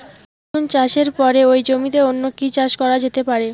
রসুন চাষের পরে ওই জমিতে অন্য কি চাষ করা যেতে পারে?